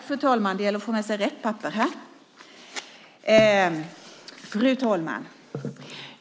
Fru talman!